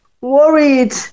worried